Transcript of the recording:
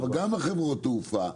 אבל גם חברות תעופה,